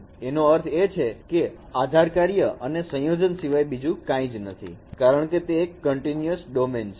એનો અર્થ એ છે કે આધાર કાર્ય અને સંયોજન સિવાય બીજું કંઈ જ નથી કારણ કે તે એક કંટીન્યુઅસ ડોમેન છે